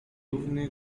równy